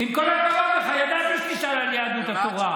עם כל הכבוד לך, ידעתי שתשאל על יהדות התורה.